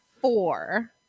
four